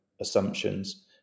assumptions